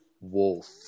Wolf